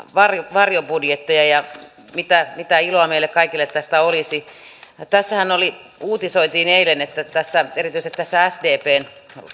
varjobudjetteja ja sitä mitä iloa meille kaikille näistä olisi tästähän uutisoitiin eilen että erityisesti tässä sdpn